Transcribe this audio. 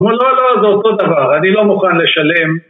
לא לא לא זה אותו דבר אני לא מוכן לשלם